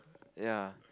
ya